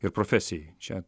ir profesijai čia